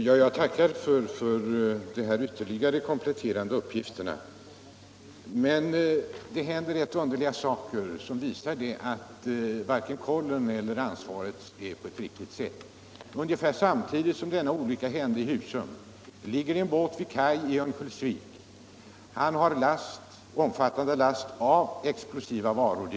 | Herr talman! Jag tackar för de kompletterande uppgifterna. Det händer emellertid rätt underliga saker som visar att kollen och ansvaret inte fungerar. Ungefär samtidigt som olyckan inträffade i Husum ligger en båt vid kaj i Örnsköldsvik. Den har en stor last av explosiva varor.